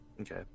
okay